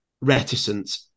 reticent